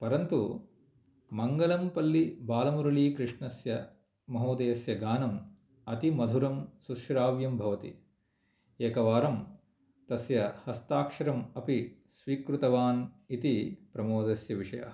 परन्तु मङ्गलं पल्ली बालमुरली कृष्णस्य महोदयस्य गानम् अति मधुरं सुश्राव्यं भवति एकवारं तस्य हस्ताक्षरम् अपि स्वीकृतवान् इति प्रमोदस्य विषयः